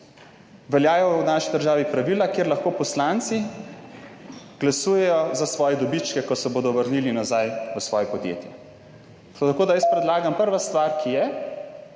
veljajo v naši državi pravila, kjer lahko poslanci glasujejo za svoje dobičke, ko se bodo vrnili nazaj v svoje podjetje. Tako, da jaz predlagam, prva stvar ki je,